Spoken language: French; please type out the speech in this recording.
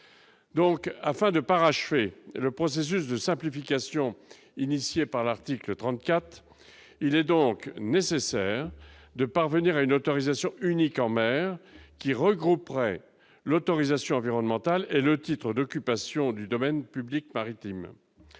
donc afin de parachever le processus de simplification, initié par l'article 34, il est donc nécessaire de parvenir à une autorisation unique en mer qui regrouperait l'autorisation environnementale et le titre d'occupation du domaine public maritime,